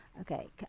okay